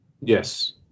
Yes